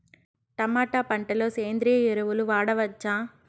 Tomato పంట లో సేంద్రియ ఎరువులు వాడవచ్చా?